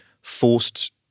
forced